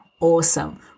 awesome